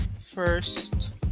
first